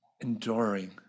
enduring